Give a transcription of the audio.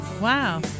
Wow